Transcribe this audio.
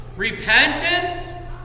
Repentance